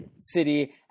city